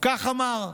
כך אמר: